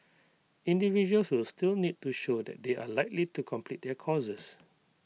individuals will still need to show that they are likely to complete their courses